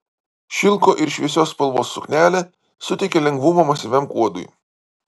šilko ir šviesios spalvos suknelė suteikia lengvumo masyviam kuodui